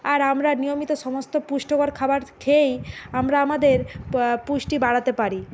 আর আমরা নিয়মিত সমস্ত পুষ্টিকর খাবার খেয়েই আমরা আমাদের পুষ্টি বাড়াতে পারি